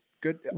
Good